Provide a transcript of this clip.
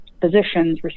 physicians